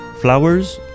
Flowers